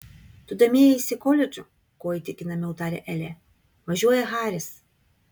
tu domėjaisi koledžu kuo įtikinamiau tarė elė važiuoja haris